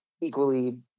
equally